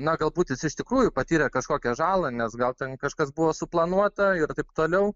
na galbūti jis iš tikrųjų patyrė kažkokią žalą nes gal ten kažkas buvo suplanuota ir taip toliau